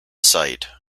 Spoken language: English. sight